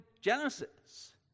Genesis